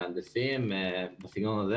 מהנדסים, בסגנון הזה